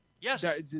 Yes